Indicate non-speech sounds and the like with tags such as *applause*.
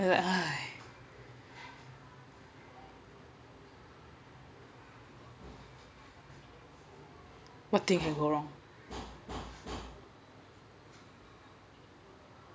*noise* what thing have gone wrong